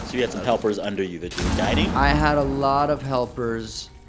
so you had some helpers under you that you were guiding? i had a lot of helpers.